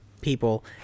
people